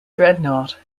dreadnought